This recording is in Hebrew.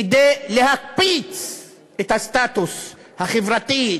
כדי להקפיץ את הסטטוס החברתי,